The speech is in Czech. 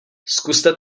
zkuste